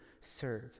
serve